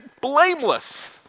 blameless